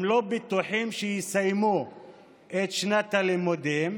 הם לא בטוחים שיסיימו את שנת הלימודים,